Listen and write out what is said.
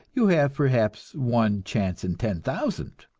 you have perhaps one chance in ten thousand.